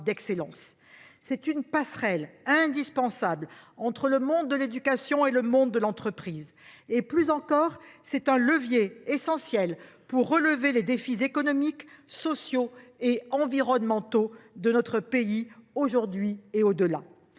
C’est une passerelle indispensable entre le monde de l’éducation et celui de l’entreprise. Plus encore, c’est un levier essentiel pour relever les défis économiques, sociaux et environnementaux de notre pays, aujourd’hui et à